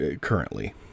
currently